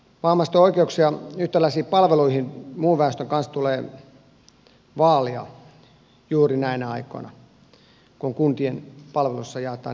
vammaisten oikeuksia yhtäläisiin palveluihin muun väestön kanssa tulee vaalia juuri näinä aikoina kun kuntien palveluissa jaetaan niukkuutta